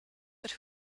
but